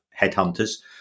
headhunters